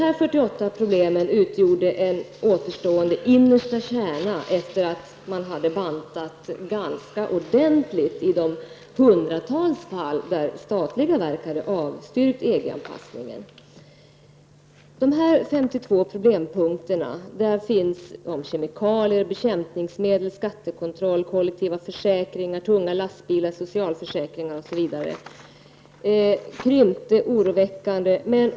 Dessa 48 problem utgör en återstående innersta kärna efter det att man har bantat ganska ordentligt i de hundratals fall där statliga verk har avstyrkt en EG-anpassning. Bland dessa 52 problempunkter finns bl.a. kemikalier, bekämpningsmedel, skattekontroll, kollektiva försäkringar, tunga lastbilar, socialförsäkringar osv., och listan har krympt oroväckande.